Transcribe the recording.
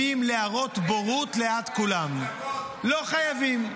----- הצגות ----- לא חייבים.